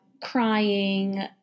crying